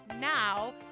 now